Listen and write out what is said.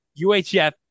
UHF